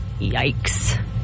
Yikes